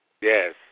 Yes